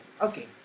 okay